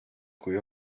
kui